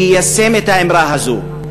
שיישם את האמרה הזו,